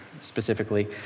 specifically